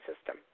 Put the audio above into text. system